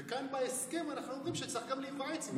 וכאן בהסכם אנחנו אומרים שצריך גם להיוועץ בראש הממשלה.